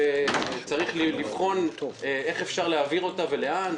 שצריך לבחון איך אפשר להעביר אותה ולאן.